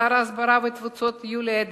לשר ההסברה והתפוצות יולי אדלשטיין,